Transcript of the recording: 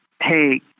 hey